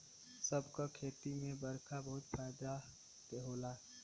सब क खेती में बरखा बड़ी फायदा होला